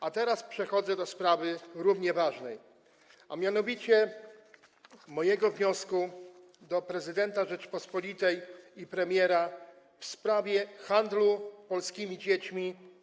A teraz przechodzę do sprawy równie ważnej, a mianowicie do mojego wniosku do prezydenta Rzeczypospolitej i premiera w sprawie handlu polskimi dziećmi.